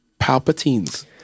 Palpatine's